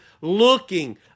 looking